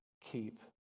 Keep